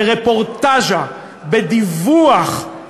ברפורטז'ה, בדיווח,